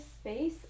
space